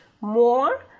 more